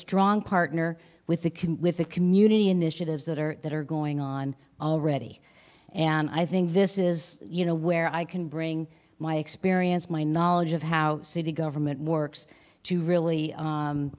strong partner with the can with the community initiatives that are that are going on already and i think this is you know where i can bring my experience my knowledge of how city government works to really